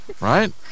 right